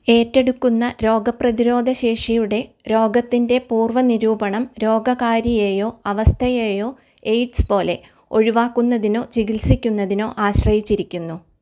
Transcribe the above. ഏറ്റെടുക്കുന്ന രോഗപ്രതിരോധ ശേഷിയുടെ രോഗത്തിൻ്റെ പൂര്വ്വ നിരൂപണം രോഗകാരിയെയോ അവസ്ഥയെയോ എയ്ഡ്സ് പോലെ ഒഴിവാക്കുന്നതിനോ ചികിത്സിക്കുന്നതിനോ ആശ്രയിച്ചിരിക്കുന്നു